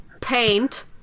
paint